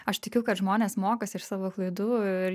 aš tikiu kad žmonės mokosi iš savo klaidų ir